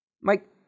Mike